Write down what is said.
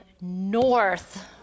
North